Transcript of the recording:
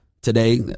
Today